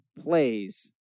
plays